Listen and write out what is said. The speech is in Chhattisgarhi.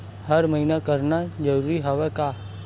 हर महीना करना जरूरी हवय का?